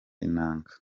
inanga